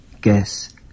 Guess